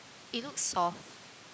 it looks soft